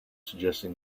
suggesting